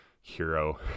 hero